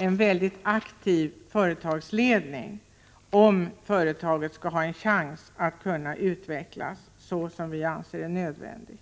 en mycket aktiv företagsledning, om företaget skall ha en chans att utvecklas så som vi anser nödvändigt.